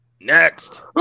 Next